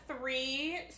three